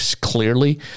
clearly